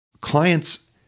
Clients